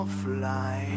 fly